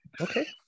Okay